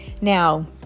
Now